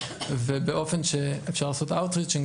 באופן שאפשר לעשות Outreaching,